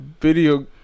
video